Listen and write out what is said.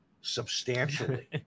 substantially